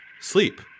sleep